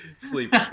Sleep